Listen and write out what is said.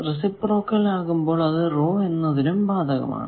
reciprocal ആകുമ്പോൾ അത് row എന്നതിനും ബാധകമാണ്